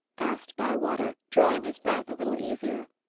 asked bywater, drawing his breath a little easier.